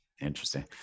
Interesting